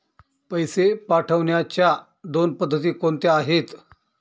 पैसे पाठवण्याच्या दोन पद्धती कोणत्या आहेत?